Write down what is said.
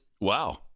Wow